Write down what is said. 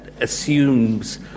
Assumes